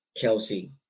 Kelsey